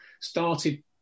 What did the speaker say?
Started